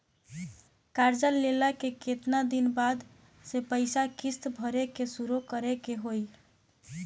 कर्जा लेला के केतना दिन बाद से पैसा किश्त भरे के शुरू करे के होई?